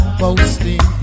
boasting